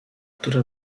która